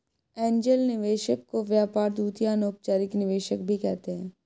angel निवेशक को व्यापार दूत या अनौपचारिक निवेशक भी कहते हैं